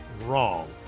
wrong